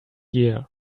year